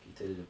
nanti dulu